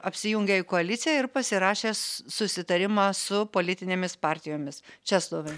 apsijungia į koaliciją ir pasirašę s susitarimą su politinėmis partijomis česlovai